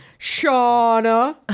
Shauna